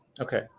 Okay